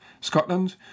Scotland